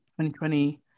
2020